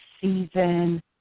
season